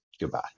Goodbye